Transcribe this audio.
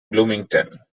bloomington